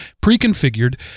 pre-configured